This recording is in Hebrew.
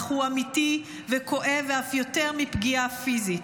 אך הוא אמיתי וכואב אף יותר מפגיעה פיזית.